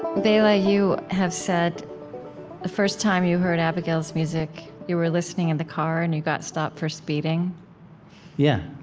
bela, you have said the first time you heard abigail's music, you were listening in the car, and you got stopped for speeding yeah,